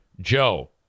Joe